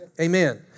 Amen